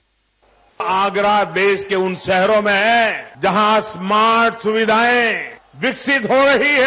bite Agra देश के उन शहरों में हैं जहां स्मार्ट सुविधाएं विकसित हो रही है